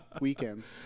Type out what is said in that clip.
weekends